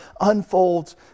unfolds